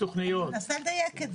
אני מנסה לדייק את זה.